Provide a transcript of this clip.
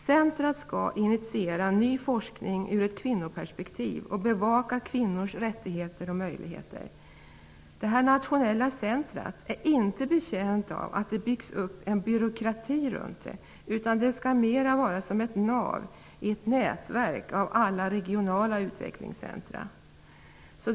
Centrumet skall initiera ny forskning ur ett kvinnoperspektiv och bevaka kvinnors rättigheter och möjligheter. Detta nationella centrum är inte betjänt av att det byggs upp en byråkrati runt det. Det skall mera vara som ett nav i ett nätverk av alla regionala utvecklingscentrum.